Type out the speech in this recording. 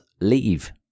leave